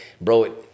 bro